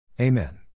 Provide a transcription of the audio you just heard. Amen